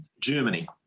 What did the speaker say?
germany